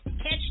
Catch